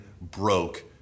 broke